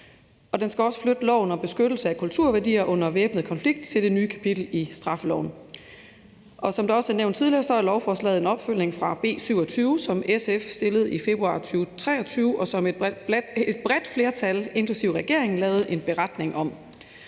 og det skal også flytte loven om beskyttelse af kulturværdier under væbnet konflikt til det nye kapitel i straffeloven. Som det også er nævnt tidligere, er lovforslaget en opfølgning fra B 27, som SF fremsatte i februar 2023, og som et bredt flertal, inklusive regeringen, lavede en beretning om,